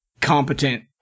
competent